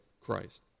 Christ